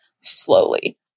slowly